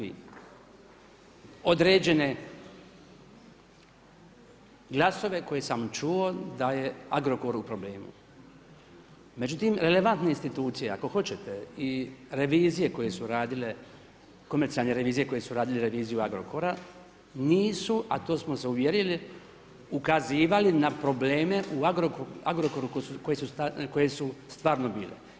Određene glasove koje sam čuo da je Agrokor u problemu, međutim relevantne institucije, ako hoćete i revizije koje su radile, komercijalne revizije koje su radile reviziju Agrokora nisu, a to smo se uvjerili, ukazivali na probleme u Agrokoru koje su stvarno bile.